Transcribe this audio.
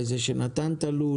לזה שנתן את הלול,